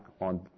on